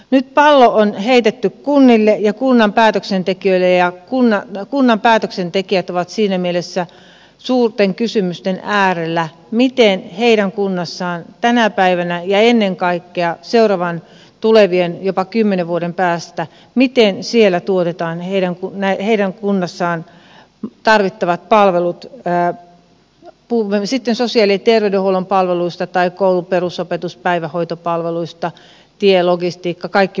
nyt pallo on heitetty kunnille ja kunnan päätöksentekijöille ja kunnan päätöksentekijät ovat siinä mielessä suurten kysymysten äärellä miten heidän kunnassaan tänä päivänä ja ennen kaikkea tulevina vuosina jopa kymmenen vuoden päästä tuotetaan ne heidän kunnassaan tarvittavat palvelut puhumme sitten sosiaali ja terveydenhuollon palveluista tai koulu perusopetus tai päivähoitopalveluista tie logistiikka kaikista muistakin palveluista